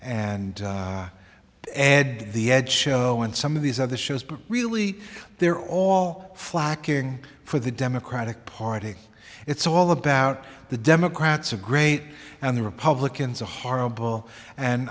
ed the edge show and some of these other shows but really they're all flacking for the democratic party it's all about the democrats are great and the republicans are horrible and